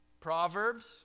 Proverbs